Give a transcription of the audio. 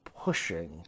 pushing